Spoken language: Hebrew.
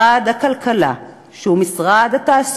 משרד הכלכלה,